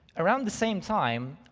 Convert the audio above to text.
around the same time,